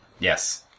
Yes